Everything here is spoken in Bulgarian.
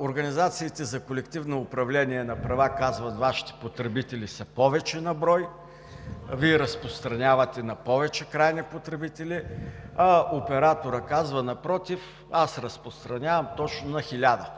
Организациите за колективно управление на права казват: „Вашите потребители са повече на брой, Вие разпространявате на повече крайни потребители“, а операторът казва: „Напротив, аз разпространявам точно на хиляда.